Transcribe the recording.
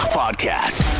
podcast